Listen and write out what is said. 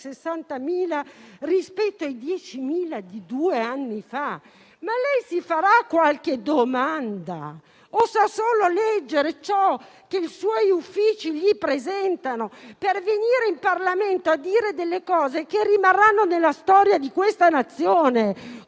60.000 rispetto i 10.000 di due anni fa. Lei si fa qualche domanda o sa solo leggere ciò che i suoi uffici le presentano per venire in Parlamento a dire cose che rimarranno nella storia di questa Nazione,